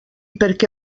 perquè